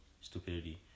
stupidity